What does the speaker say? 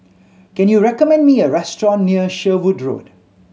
can you recommend me a restaurant near Sherwood Road